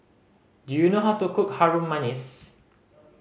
do you know how to cook Harum Manis